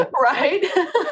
Right